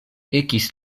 ekis